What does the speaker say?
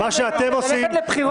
ללכת לבחירות?